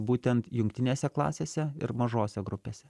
būtent jungtinėse klasėse ir mažose grupėse